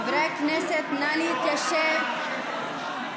חברי הכנסת, נא להתיישב.